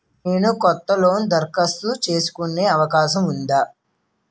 నేను కొత్త లోన్ దరఖాస్తు చేసుకునే అవకాశం ఉందా?